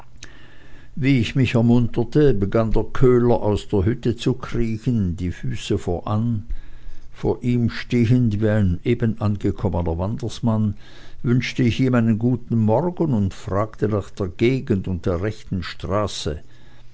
wie ich mich ermunterte begann der köhler aus der hütte zu kriechen die füße voran vor ihm stehend wie ein eben angekommener wandersmann wünschte ich ihm einen guten morgen und fragte nach der gegend und der rechten straße